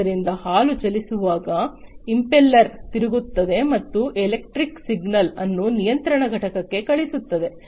ಆದ್ದರಿಂದ ಹಾಲು ಚಲಿಸುವಾಗ ಇಂಪೆಲ್ಲರ್ ತಿರುಗುತ್ತದೆ ಮತ್ತು ಎಲೆಕ್ಟ್ರಿಕಲ್ ಸಿಗ್ನಲ್ ಅನ್ನು ನಿಯಂತ್ರಣ ಘಟಕಕ್ಕೆ ಕಳಿಸುತ್ತದೆ